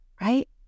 right